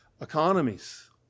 economies